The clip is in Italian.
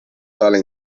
tale